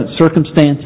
circumstances